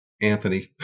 Anthony